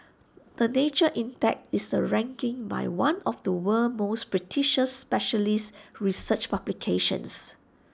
the nature index is A ranking by one of the world's most prestigious specialist research publications